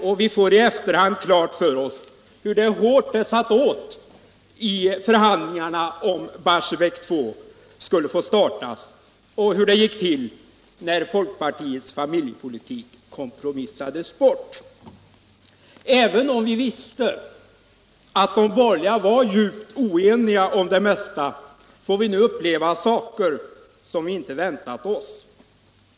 Och vi får i efterhand klart för oss hur hårt det satt åt i förhandlingarna om Barsebäck 2 skulle få startas och hur det gick till när folkpartiets familjepolitik kompromissades bort. Även om vi visste att de borgerliga var djupt oeniga om det mesta får vi nu uppleva saker som vi inte väntat oss.